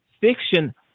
fiction